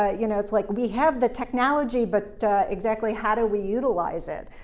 ah you know, it's like we have the technology but exactly how do we utilize it?